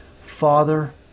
Father